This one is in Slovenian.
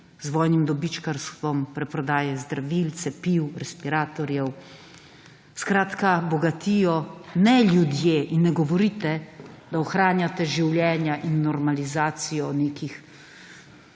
z vojnim dobičkarstvom, preprodaje zdravil, cepiv, respiratorjev. Skratka, bogatijo ne ljudje in ne govorite, da ohranjate življenja in normalizacijo nekih